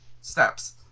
steps